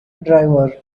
driver